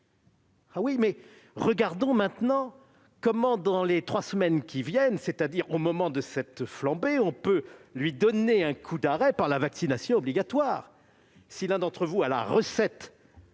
» Oui, mais regardons comment dans les trois semaines qui viennent, c'est-à-dire au moment de cette flambée, on peut lui donner un coup d'arrêt par cette vaccination obligatoire. Si l'un d'entre vous a la recette